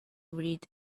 read